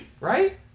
right